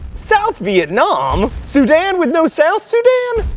south vietnam? sudan with no south sudan?